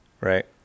right